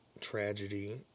tragedy